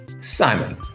Simon